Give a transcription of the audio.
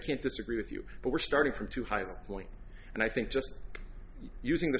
can't disagree with you but we're starting from to heighten point and i think just using the